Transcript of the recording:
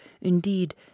indeed